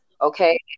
Okay